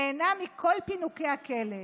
נהנה מכל פינוקי הכלא.